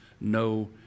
no